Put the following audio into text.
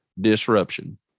Disruption